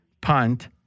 punt